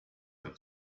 der